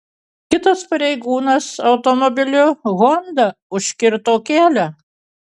kitas pareigūnas automobiliu honda užkirto kelią